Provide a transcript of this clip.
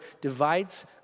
divides